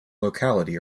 locality